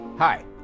Hi